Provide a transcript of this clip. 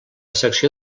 secció